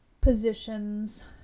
positions